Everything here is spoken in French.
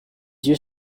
yeux